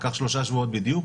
לקח שלושה שבועות בדיוק